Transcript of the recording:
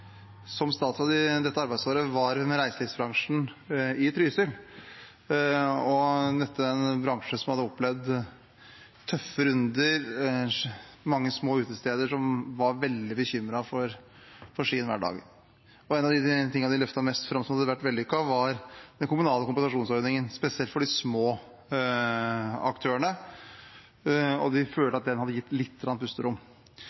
som statsråd i dette arbeidsåret, var hos reiselivsbransjen i Trysil, og jeg møtte en bransje som hadde opplevd tøffe runder, og mange små utesteder som var veldig bekymret for sin hverdag. En av de tingene de løftet mest fram som å ha vært vellykket, var den kommunale kompensasjonsordningen, spesielt for de små aktørene. De følte at den hadde gitt litt pusterom.